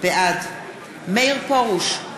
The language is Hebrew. בעד מאיר פרוש,